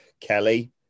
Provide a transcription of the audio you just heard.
Kelly